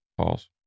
Pause